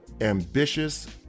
ambitious